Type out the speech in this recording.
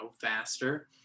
faster